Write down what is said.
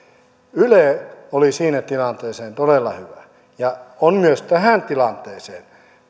yle oli siihen tilanteeseen todella hyvä ja on myös tähän tilanteeseen